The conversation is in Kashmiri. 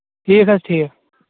ٹھیٖک حظ ٹھیٖک